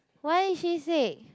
why is she sick